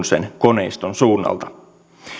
sen koneiston suunnalta